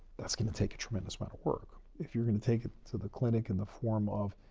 that's going to take a tremendous amount of work. if you're going to take it to the clinic in the form of,